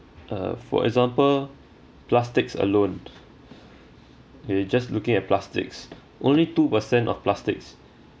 uh for example plastics alone you just looking at plastics only two percent of plastics